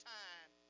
time